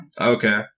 Okay